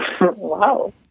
Wow